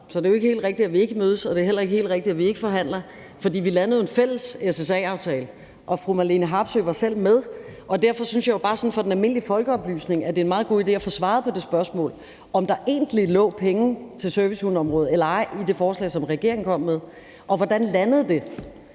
Så det er ikke helt rigtigt, at vi ikke mødes, og det er heller ikke helt rigtigt, at vi ikke forhandler, for vi landede jo en fælles SSA-aftale, og fru Marlene Harpsøe var selv med. Derfor synes jeg bare, at sådan for den almindelige folkeoplysnings skyld er det en meget god idé at få svaret på det spørgsmål, om der egentlig lå penge til servicehundeområdet eller ej i det forslag, som regeringen kom med. Og hvordan landede det?